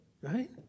right